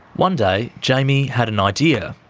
one day, jamy had an idea.